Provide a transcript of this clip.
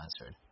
answered